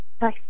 Bye